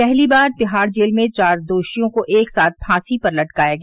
पहली बार तिहाड़ जेल में चार दोषियों को एक साथ फांसी पर लटकाया गया